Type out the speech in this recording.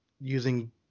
using